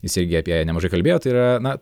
jis irgi apie ją nemažai kalbėjo tai yra na